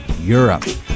Europe